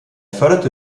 förderte